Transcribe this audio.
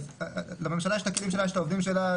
אז לממשלה יש את הכלים שלה ואת העובדים שלה.